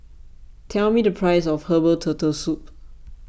tell me the price of Herbal Turtle Soup